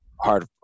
hard